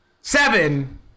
Seven